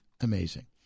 amazing